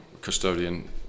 custodian